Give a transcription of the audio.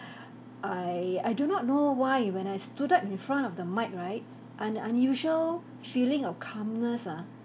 I I do not know why when I stood up in front of the mic right an unusual feeling of calmness ah